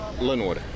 Linwood